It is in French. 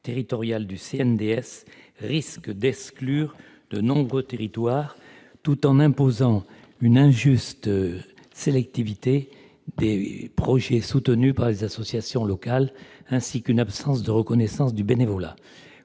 risquent d'exclure de nombreux territoires, tout en imposant une injuste sélectivité des projets soutenus par les associations locales, ainsi qu'une absence de reconnaissance du bénévolat ?